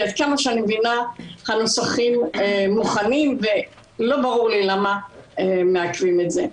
כי עד כמה שאני מבינה הנוסחים מוכנים ולא ברור לי למה מעכבים את זה.